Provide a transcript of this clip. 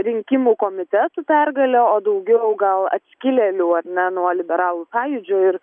rinkimų komitetų pergalė o daugiau gal atskilėlių ar ne nuo liberalų sąjūdžio ir